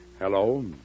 Hello